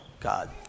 God